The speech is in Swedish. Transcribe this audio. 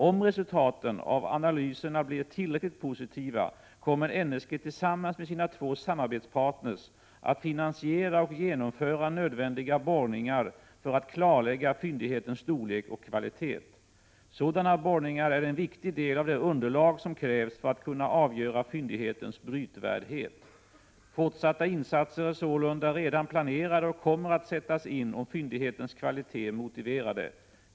Om resultaten av analyserna blir tillräckligt positiva kommer NSG tillsammans med sina två samarbetspartner att finansiera och genomföra nödvändiga borrningar för att klarlägga fyndighetens storlek och kvalitet. Sådana borrningar är en viktig del av det underlag som krävs för att kunna avgöra fyndighetens brytvärdhet. Fortsatta insatser är sålunda redan planerade och kommer att sättas in om fyndighetens kvalitet motiverar det.